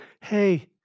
Hey